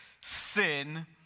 sin